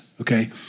Okay